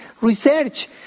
research